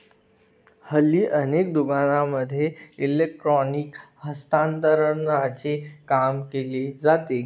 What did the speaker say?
हल्ली अनेक दुकानांमध्ये इलेक्ट्रॉनिक हस्तांतरणाचे काम केले जाते